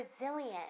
resilient